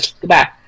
Goodbye